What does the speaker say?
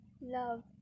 love